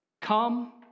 Come